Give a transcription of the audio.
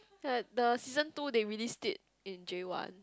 like the season two they released it in J one